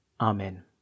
Amen